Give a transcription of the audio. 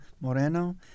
Moreno